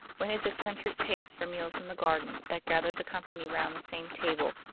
when his eccentric taste for meals in the garden that gathered the company round the same table,